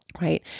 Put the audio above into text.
right